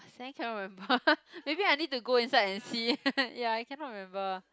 suddenly cannot remember maybe I need to go inside and see ya I cannot remember